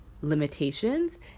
limitations